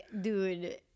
dude